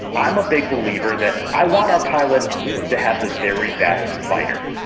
i'm a big believer that, i want our pilots to have the very best fighter,